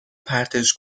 پرتش